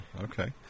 Okay